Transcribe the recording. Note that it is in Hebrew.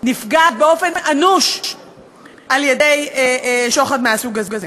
נפגעים באופן אנוש על-ידי שוחד מהסוג הזה.